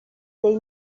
dei